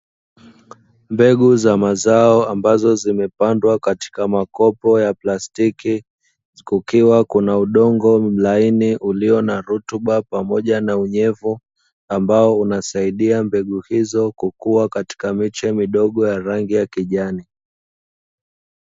Mbegu za mazao ambazo zimepandwa katika makopo ya plastiki, kukiwa kuna udongo mlaini ulio na rutuba pamoja na unyevu, ambao unasaidia mbegu hizo kukua katika miche midogo ya rangi ya kijani.